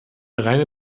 reine